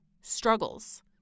struggles